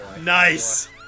nice